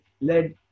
led